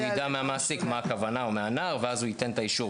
הוא יידע מהמעסיק או מהנער מה הכוונה ואז הוא ייתן את האישור,